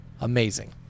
Amazing